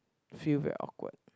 feel very awkward